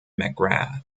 mcgrath